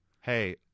hey